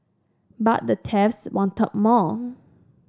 but the thieves wanted more